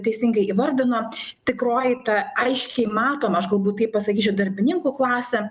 teisingai įvardino tikroji ta aiškiai matoma aš galbūt taip pasakyčiau darbininkų klasė